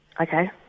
Okay